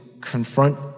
confront